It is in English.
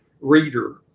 reader